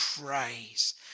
praise